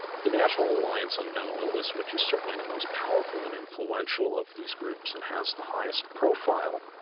the national alliance on mental illness which is certainly the most powerful and influential of these groups, and has the highest profile,